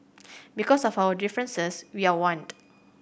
because of our differences we are want